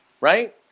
right